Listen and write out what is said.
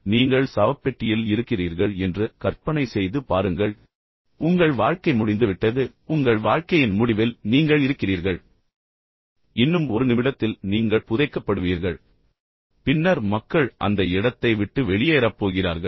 இப்போது நீங்கள் சவப்பெட்டியில் இருக்கிறீர்கள் என்று கற்பனை செய்து பாருங்கள் உங்கள் வாழ்க்கை முடிந்துவிட்டது உங்கள் வாழ்க்கையின் முடிவில் நீங்கள் இருக்கிறீர்கள் மேலும் இன்னும் ஒரு நிமிடத்தில் நீங்கள் புதைக்கப்படுவீர்கள் பின்னர் மக்கள் அந்த இடத்தை விட்டு வெளியேறப் போகிறார்கள்